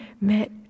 met